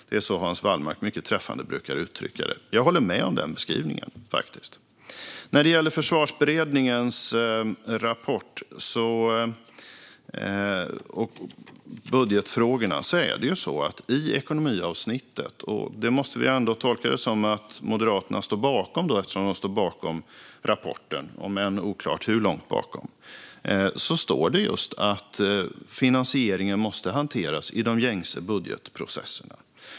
Det är så Hans Wallmark mycket träffande brukar uttrycka det, och jag håller med om denna beskrivning. När det gäller Försvarsberedningens rapport och budgetfrågorna måste vi ändå tolka det som att Moderaterna står bakom dessa eftersom de står bakom rapporten, om än oklart hur långt bakom. I ekonomiavsnittet står det just att finansieringen måste hanteras i de gängse budgetprocesserna.